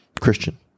Christian